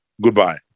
Goodbye